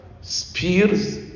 spears